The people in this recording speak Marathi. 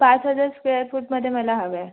पाच हजार स्क्वेअर फूटमध्ये मला हवं आहे